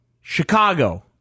Chicago